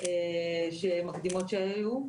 מקדימות שהיו.